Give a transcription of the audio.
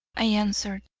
i answered.